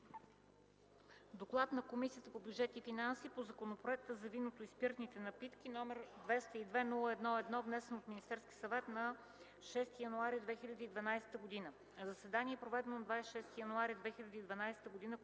„ДОКЛАД на Комисията по бюджет и финанси по Законопроект за виното и спиртните напитки, № 202-01-1, внесен от Министерския съвет на 6 януари 2012 г. На заседание, проведено на 26 януари 2012 г.,